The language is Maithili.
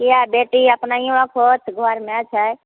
किए बेटी अपनहियोके होत घरमे छै